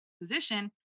position